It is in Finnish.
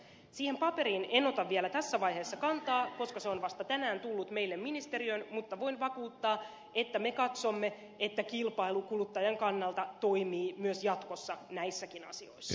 siihen paperiin en ota vielä tässä vaiheessa kantaa koska se on vasta tänään tullut meille ministeriöön mutta voin vakuuttaa että me katsomme että kilpailu kuluttajan kannalta toimii myös jatkossa näissäkin asioissa